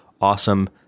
awesome